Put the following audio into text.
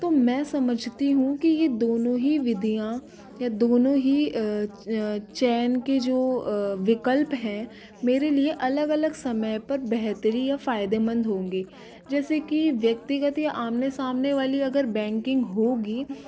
तो मैं समझती हूँ कि यह दोनों ही विधियाँ या दोनों ही चयन के जो विकल्प हैं मेरे लिए अलग अलग समय पर बेहतर या फायदेमंद होंगे जैसे कि व्यक्तिगति आमने सामने वाली अगर बैंकिंग होगी